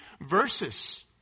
verses